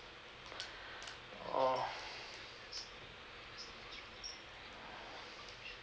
oh